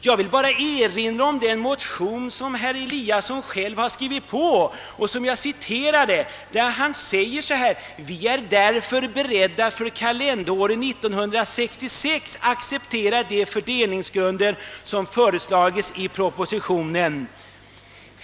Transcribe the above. Jag vill bara erinra om den motion som herr Eliasson själv har skrivit under och som jag redan har citerat. Han säger där: » Vi är därför beredda att för kalenderåret 1966 acceptera de fördelningsgrunder som föreslagits i Propositionen.